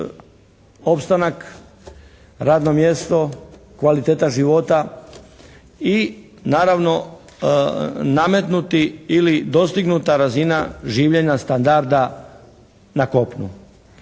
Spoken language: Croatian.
opstanak, radno mjesto, kvaliteta života i naravno nametnuti ili dostignuta razina življenja standarda na kopnu.